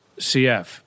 CF